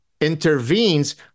intervenes